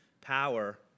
power